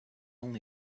only